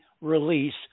release